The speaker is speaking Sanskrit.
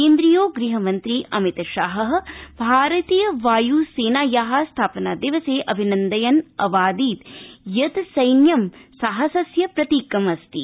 केन्द्रीयो गृहमन्त्री अमित शाह भारतीय वाय् सैनाया स्थापनादिवसे अभिनन्दयन् अवादीत् यत् सैन्य साहसस्य प्रतीकोऽस्ति